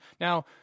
Now